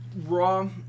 Raw